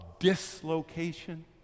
dislocation